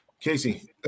Casey